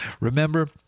Remember